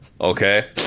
Okay